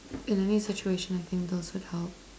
in any situation I think those would help